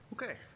Okay